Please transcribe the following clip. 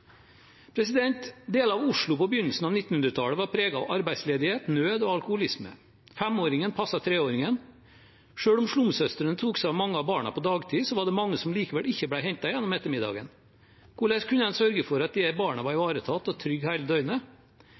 Deler av Oslo på begynnelsen av 1900-tallet var preget av arbeidsledighet, nød og alkoholisme. Femåringen passet treåringen. Selv om slumsøstrene tok seg av mange av barna på dagtid, var det mange som ikke ble hentet gjennom ettermiddagen. Hvordan kunne en sørge for at disse barna ble ivaretatt og var trygge hele døgnet?